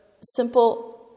simple